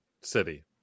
city